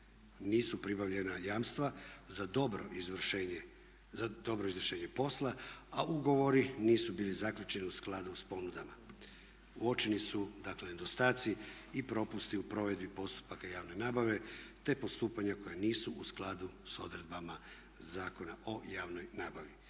Nisu pribavljena jamstva za dobro izvršenje posla a ugovori nisu bili zaključeni u skladu sa ponudama. Uočeni su dakle nedostaci i propusti u provedbi postupaka javne nabave te postupanja koja nisu u skladu sa odredbama Zakona o javnoj nabavi.